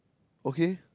okay